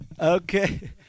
Okay